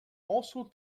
also